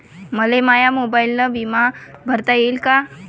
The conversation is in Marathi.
मले माया मोबाईलनं बिमा भरता येईन का?